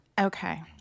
Okay